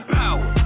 power